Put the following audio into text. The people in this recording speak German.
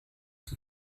die